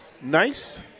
nice